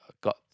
got